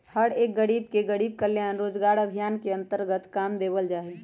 हर एक गरीब के गरीब कल्याण रोजगार अभियान के अन्तर्गत काम देवल जा हई